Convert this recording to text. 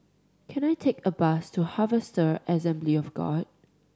can I take a bus to Harvester Assembly of God